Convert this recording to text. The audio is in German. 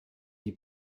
die